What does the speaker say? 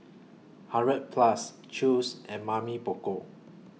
hundred Plus Chew's and Mamy Poko